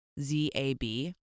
Z-A-B